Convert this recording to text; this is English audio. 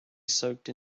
soaked